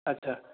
ଆଚ୍ଛା